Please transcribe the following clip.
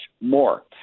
more